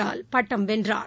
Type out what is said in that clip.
Nadal பட்டம் வென்றார்